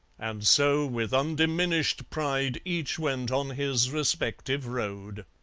and so, with undiminished pride, each went on his respective road.